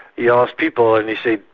he asked people and he said,